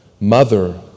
mother